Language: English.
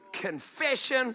Confession